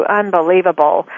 unbelievable